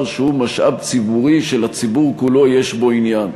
שהוא משאב ציבורי שלציבור כולו יש בו עניין,